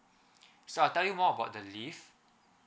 so I tell you more about their leave